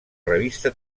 revista